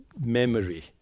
memory